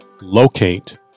locate